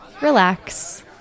relax